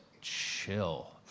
chill